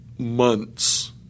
Months